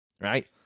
right